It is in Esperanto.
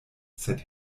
sed